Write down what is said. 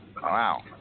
wow